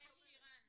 למה לא?